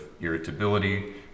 irritability